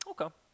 Okay